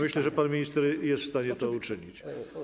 Myślę, że pan minister jest w stanie to uczynić.